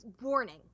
warning